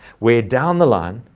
where down the line,